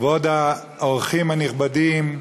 כבוד האורחים הנכבדים,